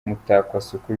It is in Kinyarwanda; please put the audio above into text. mutakwasuku